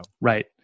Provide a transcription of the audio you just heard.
Right